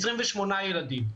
28 ילדים.